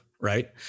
Right